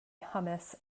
hummus